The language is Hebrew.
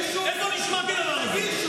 איפה נשמע כדבר הזה?